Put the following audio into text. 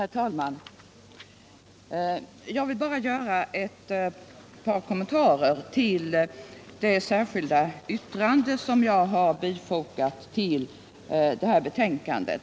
Herr talman! Jag vill bara göra ett par kommentarer till det särskilda yttrande som jag har fogat till utskottets förevarande betänkande.